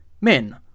Men